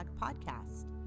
podcast